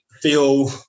feel